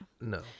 No